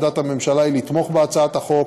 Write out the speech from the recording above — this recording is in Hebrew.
עמדת הממשלה היא לתמוך בהצעת החוק,